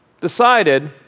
decided